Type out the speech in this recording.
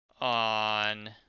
on